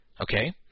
Okay